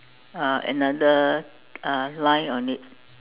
uh another uh line on it